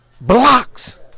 blocks